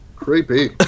Creepy